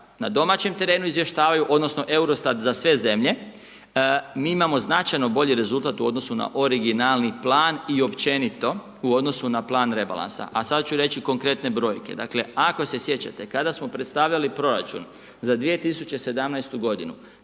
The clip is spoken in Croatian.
na domaćem terenu izvještavaju odnosno Eurostat za sve zemlje. Mi imamo značajno bolji rezultat u odnosu na originalni plan i općenito u odnosu na plan rebalansa. A sada ću reći konkretne brojke. Dakle ako se sjećate kada smo predstavljali proračun za 2017. godinu